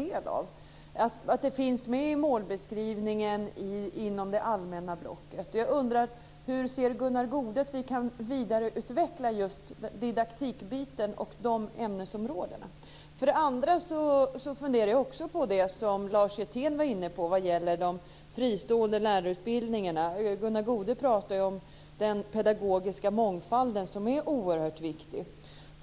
Den måste finnas med i målbeskrivningen inom det allmänna blocket. Hur ser Gunnar Goude att vi kan utveckla didaktikbiten och de ämnesområdena? För det andra funderar jag också på det som Lars Hjertén var inne på när det gäller de fristående lärarutbildningarna. Gunnar Goude pratar ju om den pedagogiska mångfalden, och den är oerhört viktig.